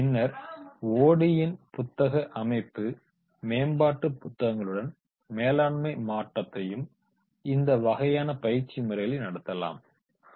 பின்னர் யின் புத்தக அமைப்பு மேம்பாட்டு புத்தகங்களுடன் மேலாண்மை மாற்றத்தையும் இந்த வகையான பயிற்சி முறைகளை நடத்தலாம்